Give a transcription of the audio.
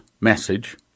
message